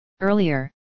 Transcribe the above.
Earlier